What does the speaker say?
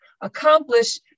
accomplish